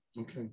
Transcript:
okay